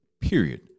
period